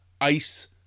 ice